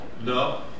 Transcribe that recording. no